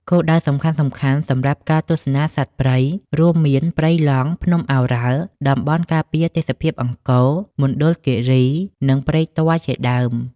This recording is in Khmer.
គោលដៅសំខាន់ៗសម្រាប់ការទស្សនាសត្វព្រៃរួមមាន ព្រៃឡង់ ភ្នំឱរ៉ាល់ តំបន់ការពារទេសភាពអង្គរ មណ្ឌលគិរី និងព្រែកទាល់ជាដើម។